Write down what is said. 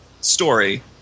story